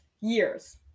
years